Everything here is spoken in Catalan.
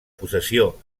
possessió